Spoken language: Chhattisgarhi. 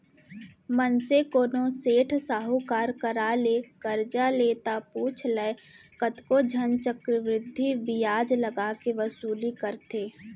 मनसे कोनो सेठ साहूकार करा ले करजा ले ता पुछ लय कतको झन चक्रबृद्धि बियाज लगा के वसूली करथे